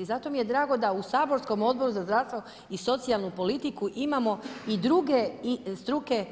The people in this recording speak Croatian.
I zato mi je drago da u saborskom Odboru za zdravstvo i socijalnu politiku imamo i druge struke